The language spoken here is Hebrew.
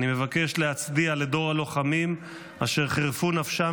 אני מבקש להצדיע לדור הלוחמים אשר חירפו נפשם